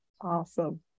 Awesome